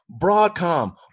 Broadcom